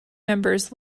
members